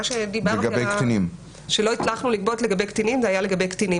מה שאמרתי שלא הצלחנו לגבות לגבי קטינים זה היה לגבי קטינים,